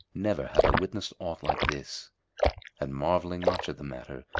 never have i witnessed aught like this and, marvelling much at the matter,